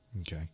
Okay